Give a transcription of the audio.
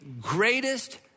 greatest